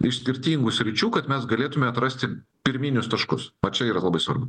iš skirtingų sričių kad mes galėtume atrasti pirminius taškus vat čia yra labai svarbu